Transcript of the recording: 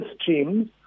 streams